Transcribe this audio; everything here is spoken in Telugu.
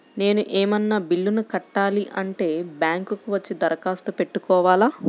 నేను ఏమన్నా బిల్లును కట్టాలి అంటే బ్యాంకు కు వచ్చి దరఖాస్తు పెట్టుకోవాలా?